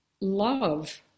love